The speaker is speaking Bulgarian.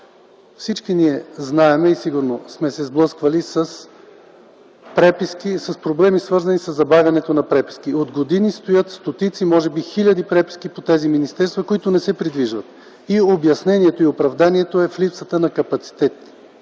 Всички ние знаем и сигурно сме се сблъсквали с преписки, с проблеми, свързани със забавянето на преписките. От години стоят стотици, може би хиляди преписки по министерствата, които не се придвижват. Обяснението и оправданието е в липсата на капацитет,